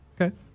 Okay